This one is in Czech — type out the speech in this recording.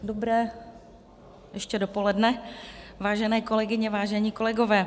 Dobré ještě dopoledne, vážené kolegyně, vážení kolegové.